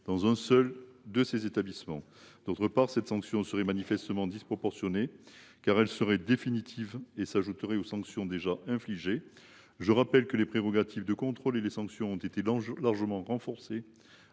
dans un seul d’entre eux. D’autre part, cette sanction serait manifestement disproportionnée, car elle serait définitive et s’ajouterait à celles qui ont déjà été infligées. Je rappelle que les prérogatives de contrôle et les sanctions ont été largement renforcées